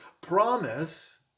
promise